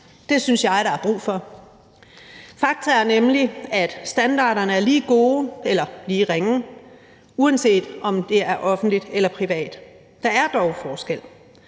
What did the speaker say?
Det synes jeg der er brug for. Fakta er nemlig, at standarderne er lige gode – eller lige ringe – uanset om det er offentligt eller privat. Der er dog forskel.